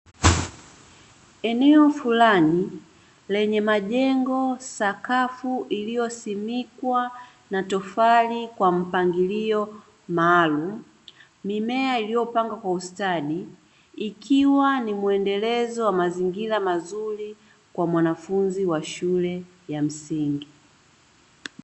Eneo fulani lenye majengo, sakafu iliyo simikwa na tofali kwa mpangilio maalumu, mimea iliyopangwa kwa ustadi, ikiwa ni muendelezo wa mazingira mazuri kwa mwanafunzi wa shule ya msingi.